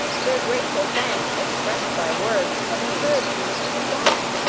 their grateful thanks expressed by words, have encouraged me to keep on.